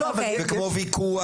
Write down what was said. כמו ויכוח.